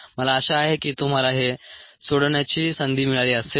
मला आशा आहे की तुम्हाला हे सोडवण्याची संधी मिळाली असेल